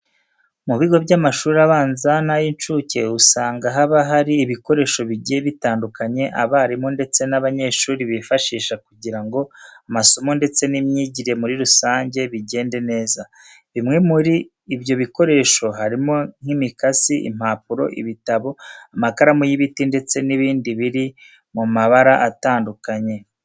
Mu bigo by'amashuri abanza n'ay'incuke usanga haba hari ibikoresho bigiye bitandukanye abarimu ndetse n'abanyeshuri bifashisha kugira ngo amasomo ndetse n'imyigire muri rusange bigende neza. Bimwe muri ibyo bikoresho harimo nk'imikasi, impapuro, ibitabo, amakaramu y'ibiti ndetse n'ibindi biri mu mabara atandukanye.